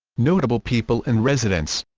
notable people and residents